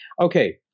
Okay